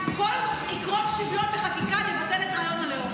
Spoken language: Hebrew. כל עקרון שוויון בחקיקה מבטל את רעיון הלאום